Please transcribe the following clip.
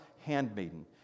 handmaiden